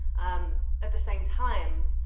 um at the same time,